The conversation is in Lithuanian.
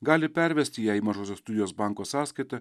gali pervesti ją į mažosios studijos banko sąskaitą